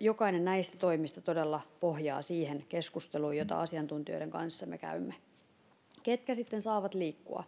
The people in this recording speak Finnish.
jokainen näistä toimista todella pohjaa siihen keskusteluun jota me asiantuntijoiden kanssa käymme ketkä sitten saavat liikkua